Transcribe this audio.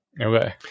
okay